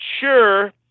sure